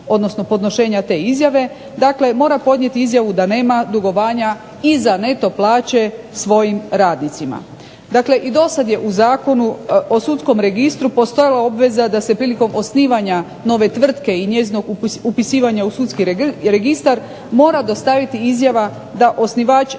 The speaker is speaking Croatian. odnosno podnošenja te izjave. Dakle, mora podnijeti izjavu da nema dugovanja i za neto plaće svojim radnicima. Dakle i do sada je u Zakonu o sudskom registru postojala obveza da se prilikom osnivanja nove tvrtke i njezinog upisivanja u sudski registar mora dostaviti izjava da osnivač